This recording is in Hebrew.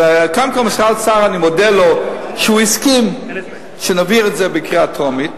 וכאן אני מודה למשרד האוצר שהסכים שנעביר את זה בקריאה טרומית,